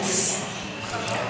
כמה נשים מחכות?